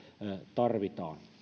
tarvitaan